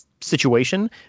situation